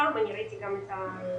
אני ראיתי את אחד